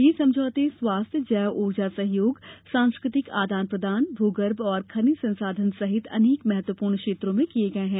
ये समझौते स्वास्थ्य जैव ऊर्जा सहयोग सांस्कृतिक आदान प्रदान भगर्भ और खनिज संसाधन सहित अनेक महत्वपूर्ण क्षेत्रों में किये गये हैं